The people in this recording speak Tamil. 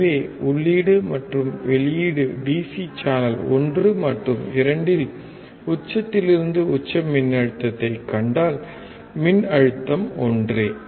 எனவே உள்ளீடு மற்றும் வெளியீடு டிசி சேனல் 1 மற்றும் 2 இல் உச்சத்திலிருந்து உச்ச மின்னழுத்தத்தைக் கண்டால் மின்னழுத்தம் ஒன்றே